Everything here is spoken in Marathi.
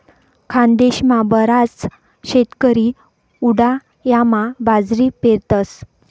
खानदेशमा बराच शेतकरी उंडायामा बाजरी पेरतस